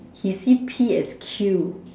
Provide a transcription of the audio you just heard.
he see P as Q